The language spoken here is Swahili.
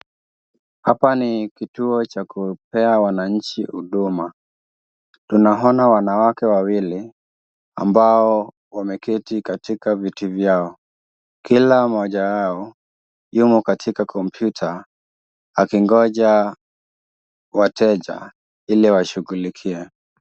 Hapa ni kituo cha kupea wananchi huduma. Tunaona wanawake wawili ambao wameketi katika viti vyao. Kila mmoja wao yumo katika kompyuta, akingoja wateja ili awashughulikie.